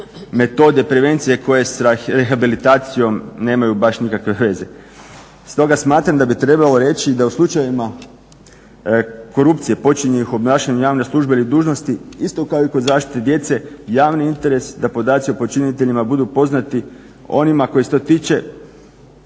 metode prevencije koje sa rehabilitacijom nemaju baš nikakve veze. Stoga smatram da bi trebalo reći da u slučajevima korupcije počinjenih obnašanjem javne službe ili dužnosti isto kao i kod zaštite djece javni interes da podaci o počiniteljima budu poznati onima kojih se to tiče.